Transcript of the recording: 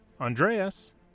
Andreas